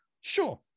Sure